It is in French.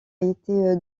été